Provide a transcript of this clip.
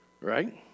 right